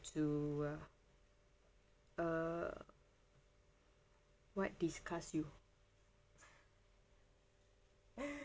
to uh uh what disgust you